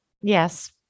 Yes